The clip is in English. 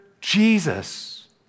Jesus